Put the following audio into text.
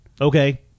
Okay